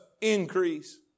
increase